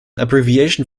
abbreviation